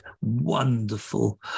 Wonderful